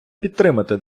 підтримати